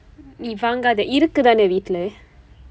நீ வாங்காத இருக்குதானே வீட்டிலே:nii vaangkaatha irukkuthaanee viitdilee